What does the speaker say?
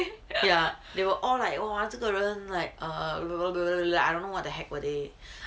ya they were all like !wah! 这个人 like err NEN I don't know what the heck were they